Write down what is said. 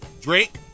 Drake